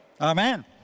Amen